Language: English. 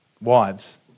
Wives